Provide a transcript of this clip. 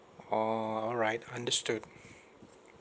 orh alright understood